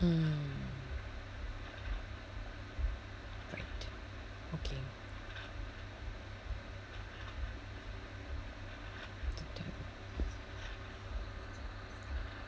mm right okay